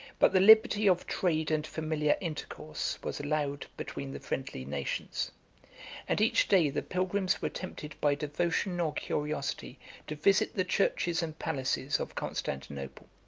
but the liberty of trade and familiar intercourse was allowed between the friendly nations and each day the pilgrims were tempted by devotion or curiosity to visit the churches and palaces of constantinople.